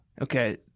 okay